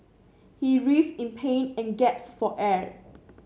he writhed in pain and gaps for air